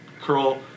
curl